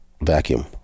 Vacuum